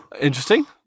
Interesting